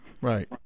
Right